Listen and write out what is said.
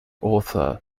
author